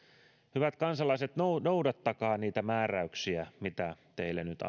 hyvät kansalaiset noudattakaa niitä määräyksiä mitä teille nyt